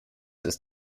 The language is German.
ist